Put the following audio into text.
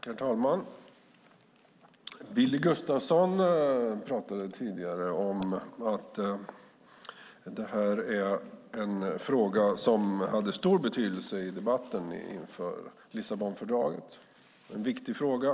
Herr talman! Billy Gustafsson pratade tidigare om att detta är en fråga som hade stor betydelse i debatten inför Lissabonfördraget. Det är en viktig fråga.